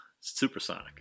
Supersonic